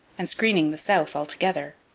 and screening the south altogether.